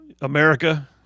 America